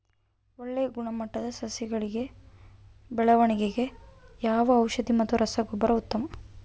ಒಳ್ಳೆ ಗುಣಮಟ್ಟದ ಸಸಿಗಳ ಬೆಳವಣೆಗೆಗೆ ಯಾವ ಔಷಧಿ ಮತ್ತು ರಸಗೊಬ್ಬರ ಉತ್ತಮ?